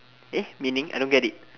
meaning I don't get it